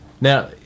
Now